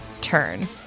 turn